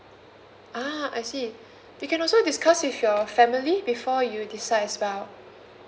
ah I see you can also discuss with your family before you decide as well